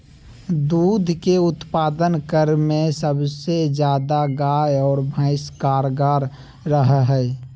दूध के उत्पादन करे में सबसे ज्यादा गाय आरो भैंस कारगार रहा हइ